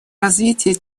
развития